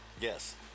yes